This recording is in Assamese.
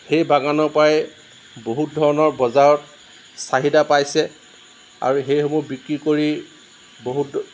সেই বাগানৰ পৰাই বহুত ধৰণৰ বজাৰত চাহিদা পাইছে আৰু সেইসমূহ বিক্ৰী কৰি বহুত